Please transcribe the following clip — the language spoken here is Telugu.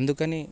అందుకని